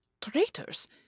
traitors